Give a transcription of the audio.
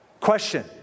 Question